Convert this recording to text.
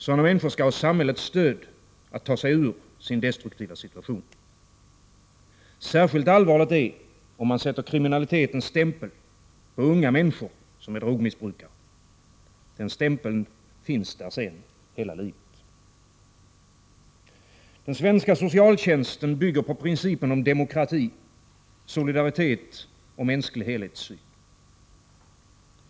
Sådana människor skall ha samhällets stöd att ta sig ur sin destruktiva situation. Särskilt allvarligt är om man sätter kriminalitetens stämpel på unga människor som är drogmissbrukare. Den stämpeln finns där sedan hela livet. Den svenska socialtjänsten bygger på principen om demokrati, solidaritet och mänsklig helhetssyn.